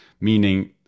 meaning